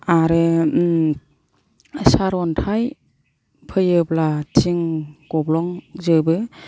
आरो सारअन्थाइ फैयोब्ला थिं गब्लंजोबो